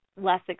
less